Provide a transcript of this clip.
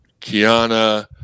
Kiana